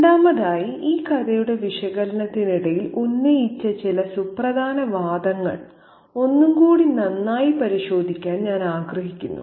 രണ്ടാമതായി ഈ കഥയുടെ വിശകലനത്തിനിടയിൽ ഉന്നയിച്ച ചില സുപ്രധാന വാദങ്ങൾ ഒന്നുകൂടി നന്നായി പരിശോധിക്കാൻ ഞാൻ ആഗ്രഹിക്കുന്നു